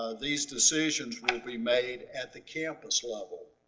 ah these decisions will be made at the campus level.